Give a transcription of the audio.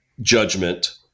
judgment